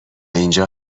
اینجا